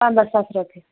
پنداہ ساس رۄپیہِ